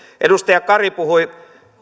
edustaja kari puhui